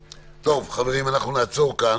חברים, אנחנו נעצור כאן.